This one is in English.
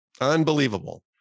Unbelievable